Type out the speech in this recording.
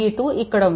V2 ఇక్కడ ఉంది